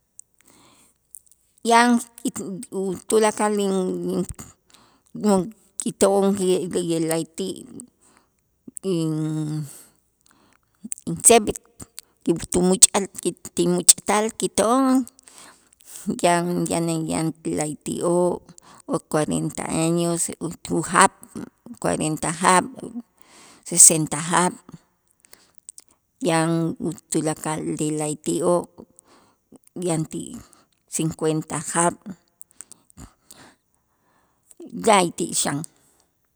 Yan u tulakal in kito'on la'ayti' in- intzeeb' ki tu muuch'al ki ti muuch'tal kito'on yan yane yan ti la'ayti'oo' o cuarenta años u- ujaab' cuarenta jaab', sesenta jaab', yan u tulakal ti la'ayti'oo' yanti'ij cincuenta jaab' la'ayti' xan.